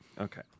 Okay